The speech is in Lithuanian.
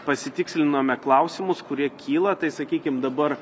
pasitikslinome klausimus kurie kyla tai sakykim dabar